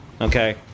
Okay